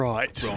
Right